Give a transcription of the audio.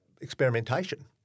experimentation